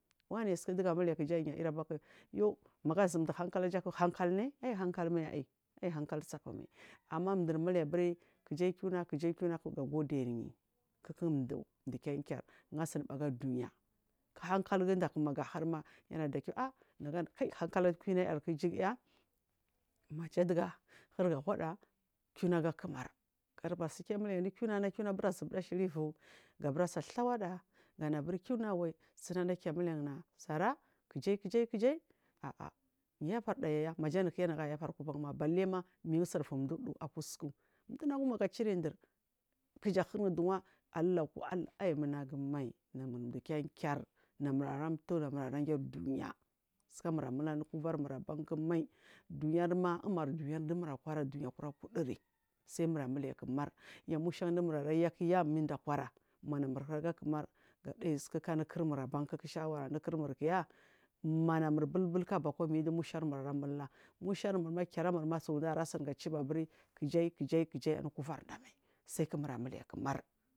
Wani suku dugu muliya yayiri baku maga sumdu hakalajaku hankal ni hakalmai tsapu ama mduri muliya kuji kiuni kuji kiunaku ga godirrij kukun mdu mdu kinkir ungu aaini bu aga mdu aga dunya hakal guda ku magu hurima yahada kiyawu kai hankala kwnayar ku iju guya maja dugu ahuriga wada kiuna agakumar gadubari sugiya huriga miliya anu kiunana bura zubuda ashilivu burasa thawada gana buri kiuna wai sunana kiya muliyan nara kijal kijal ah ah yafarda yaya nagu ayafarin ma balima mingu sunfumdu udu aku sukura mdunagum kuja huru duwa alulauku aiyi munagu mai namur mdu kinkir namur aramtu namur ara giri dunya sukamur mul anu kuvarmur aban mai dunyari ma umari dunyari dumur akvara akura kuduri sai mul ya kumar ya mushan dumur ara ya kuya min da kwara manamur kuraga kumar ga daya sukuku anu kurmur banku ku shawara nu kurmur manamur ku bul ulku abakwa ya mingil du musharnu ara mul la musharma kira murma suwuda ra wuni gadubari kijai kijal kijai anu kuvardamai sai kumur muliya kumar.